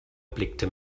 blickte